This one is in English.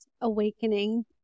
awakening